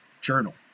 journal